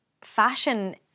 Fashion